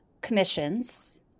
commissions